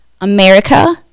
America